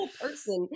person